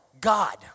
God